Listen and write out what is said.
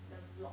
the vlog